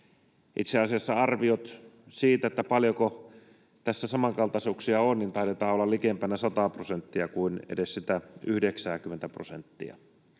Itse asiassa arviot siitä, paljonko tässä samankaltaisuuksia on, taitavat olla likempänä 100:aa prosenttia kuin edes sitä 90:tä prosenttia.